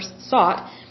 sought